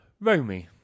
Romy